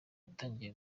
yatangiye